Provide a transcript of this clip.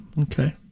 Okay